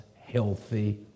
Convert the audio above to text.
healthy